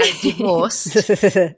divorced